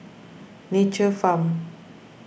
Nature's Farm